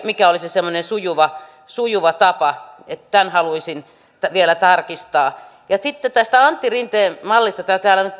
mikä olisi semmoinen sujuva sujuva tapa tämän haluaisin vielä tarkistaa ja sitten tästä antti rinteen mallista josta täällä nyt